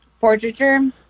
portraiture